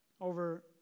over